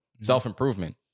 self-improvement